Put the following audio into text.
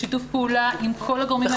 בשיתוף פעולה עם כל הגורמים האפשריים.